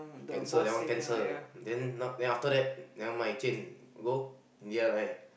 cancel that one cancel then now then after that never mind change go India right